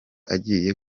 agiye